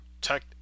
tech